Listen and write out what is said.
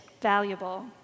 valuable